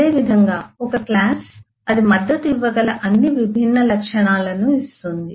అదేవిధంగా ఒక క్లాస్ అది మద్దతు ఇవ్వగల అన్ని విభిన్న లక్షణాలను ఇస్తుంది